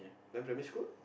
then primary school